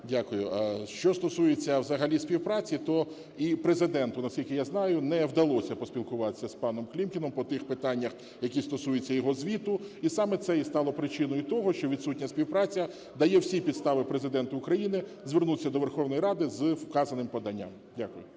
Дякую. Що стосується взагалі співпраці, то і Президенту, наскільки я знаю, не вдалося поспілкуватися з паном Клімкіним по тих питаннях, які стосуються його звіту. І саме це і стало причиною того, що відсутня співпраця дає всі підстави Президенту України звернутися до Верховної Ради з вказаним поданням. Дякую.